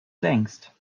denkst